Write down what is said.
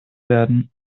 werden